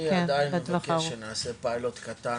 אני עדיין מבקש שנעשה פיילוט קטן